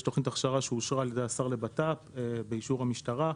יש תוכנית הכשרה שאושרה על ידי השר לביטחון הפנים באישור המשטרה,